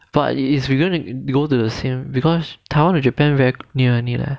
but is we gonna go to the same because taiwan and japan very near only leh